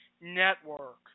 Network